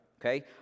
okay